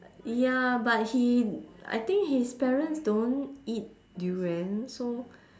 ya but he I think his parents don't eat durian so